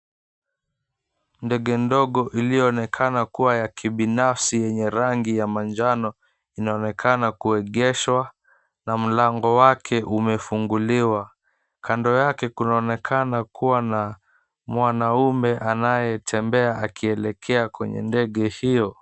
Ndege ndogo iliyoonekana kuwa ya kibinafsi yenye rangi ya manjano inaonekana kuegeshwa na mlango wake umefunguliwa. Kando yake kunaonekana kuwa na mwanaume anayetembea akielekea kwenye ndege hiyo.